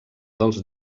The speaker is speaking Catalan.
dels